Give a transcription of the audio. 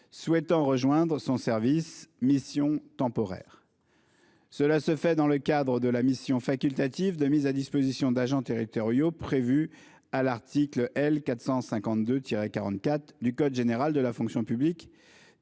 souhaitant rejoindre son service « Missions temporaires ». Cela se fait dans le cadre de la mission facultative de mise à disposition d'agents territoriaux, prévue à l'article L. 452-44 du code général de la fonction publique,